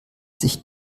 sich